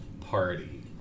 party